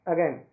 Again